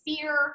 fear